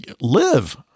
live